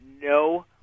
no